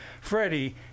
Freddie